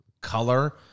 ...color